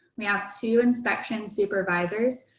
we have two inspection supervisors,